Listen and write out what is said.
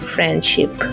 Friendship